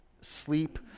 sleep